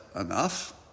enough